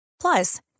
Plus